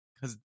cause